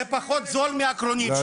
זה פחות זול מהקרונית,